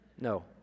No